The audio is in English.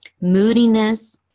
moodiness